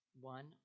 one